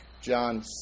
John